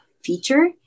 feature